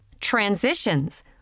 Transitions